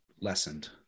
lessened